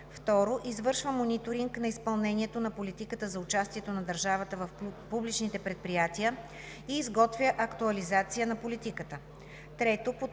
2. извършва мониторинг на изпълнението на политиката за участието на държавата в публичните предприятия и изготвя актуализация на политиката; 3. подпомага